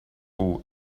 all